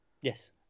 Yes